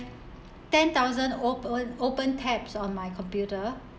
ten thousand ope~ open tabs on my computer